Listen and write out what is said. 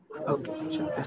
Okay